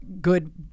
good